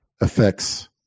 affects